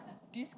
this